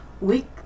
week